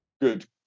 good